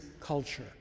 culture